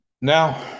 Now